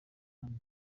gatanu